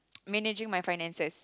managing my finances